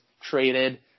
traded